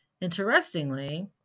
Interestingly